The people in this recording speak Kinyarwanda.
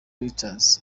pictures